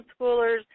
schoolers